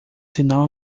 sinal